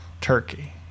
Turkey